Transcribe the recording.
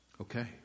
Okay